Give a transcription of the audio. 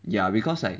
ya because like